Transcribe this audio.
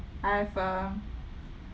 I have a